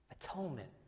Atonement